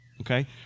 okay